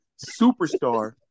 Superstar